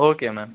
okay ma'am